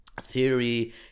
theory